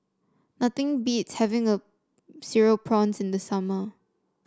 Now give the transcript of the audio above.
nothing beats having a Cereal Prawns in the summer